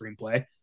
screenplay